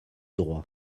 droit